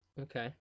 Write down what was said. Okay